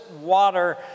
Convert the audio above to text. water